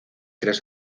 tres